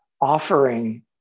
offering